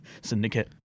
Syndicate